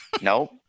Nope